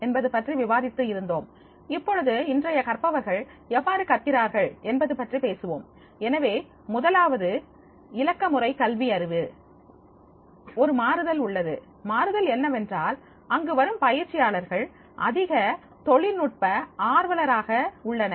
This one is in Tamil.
என்பது பற்றி விவாதித்து இருந்தோம் இப்பொழுது இன்றைய கற்பவர்கள் எவ்வாறு கற்கிறார்கள் என்பது பற்றி பேசுவோம் எனவே முதலாவது இலக்கமுறை கல்வியறிவு ஒரு மாறுதல் உள்ளது மாறுதல் என்னவென்றால் அங்கு வரும் பயிற்சியாளர்கள் அதிக தொழில்நுட்ப ஆர்வலர்களாக உள்ளனர்